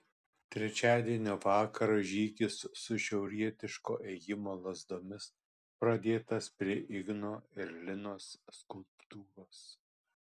trečiadienio vakarą žygis su šiaurietiško ėjimo lazdomis pradėtas prie igno ir linos skulptūros